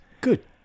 Good